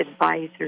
advisors